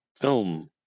film